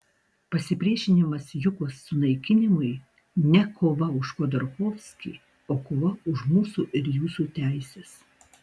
pasipriešinimas jukos sunaikinimui ne kova už chodorkovskį o kova už mūsų ir jūsų teises